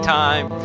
time